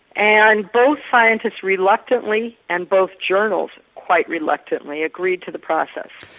and both scientists reluctantly and both journals quite reluctantly agreed to the process.